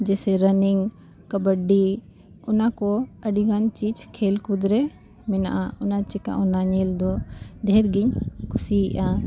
ᱡᱮᱭᱥᱮ ᱨᱟᱱᱤᱝ ᱠᱟᱵᱟᱰᱤ ᱚᱱᱟ ᱠᱚ ᱟᱹᱰᱤ ᱜᱟᱱ ᱪᱤᱡᱽ ᱠᱷᱮᱞ ᱠᱩᱫᱽ ᱨᱮ ᱢᱮᱱᱟᱜᱼᱟ ᱚᱱᱟ ᱪᱤᱠᱟᱹ ᱚᱱᱟ ᱧᱮᱞ ᱫᱚ ᱰᱷᱮᱨ ᱜᱤᱧ ᱠᱩᱥᱤᱭᱟᱜᱼᱟ